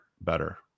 better